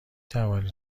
توانی